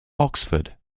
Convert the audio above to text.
oxford